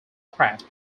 aircraft